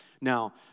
Now